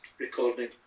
recording